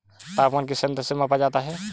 तापमान किस यंत्र से मापा जाता है?